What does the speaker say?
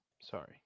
Sorry